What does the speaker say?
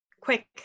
quick